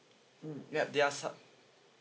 mm ya they are some